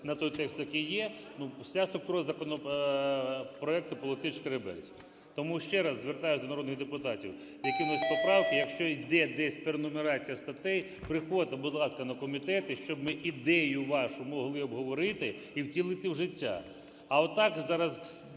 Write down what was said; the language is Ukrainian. на той текст, який є, ну, вся структура законопроекту полетить шкереберть. Тому ще раз звертаюсь до народних депутатів, які вносять поправки, якщо йде десь перенумерація статей, приходьте, будь ласка, на комітети, щоб ми ідею вашу могли обговорити і втілити в життя. А отак зараз